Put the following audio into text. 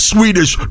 Swedish